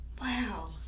Wow